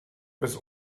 bis